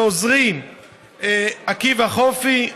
לעוזרים עקיבא חופי,